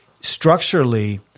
structurally –